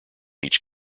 each